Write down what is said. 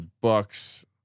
bucks